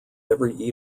every